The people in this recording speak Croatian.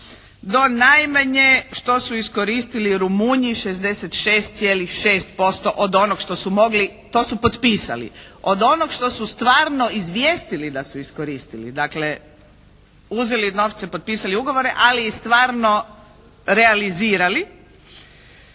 do najmanje što su iskoristili Rumunji 66,6% od onog što su mogli, to su potpisali. Od onog što su stvarno izvijestili da su iskoristili, dakle uzeli novce, potpisali ugovore, ali i stvarno realizirali